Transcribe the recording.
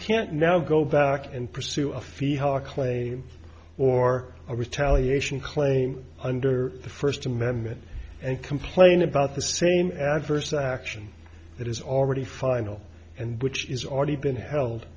can't now go back and pursue a fee hard claim or a retaliation claim under the first amendment and complain about the same adverse action that is already final and which is already been held